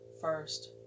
first